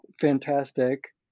fantastic